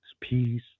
peace